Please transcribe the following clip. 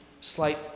slight